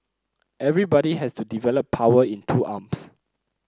everybody has to develop power in two arms